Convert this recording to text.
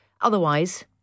otherwise